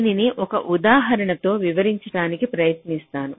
దీనిని ఒక ఉదాహరణతో వివరించడానికి ప్రయత్నిస్తాను